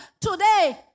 today